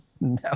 no